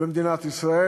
במדינת ישראל.